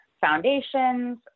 foundations